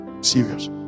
Serious